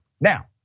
Now